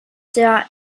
der